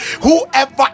whoever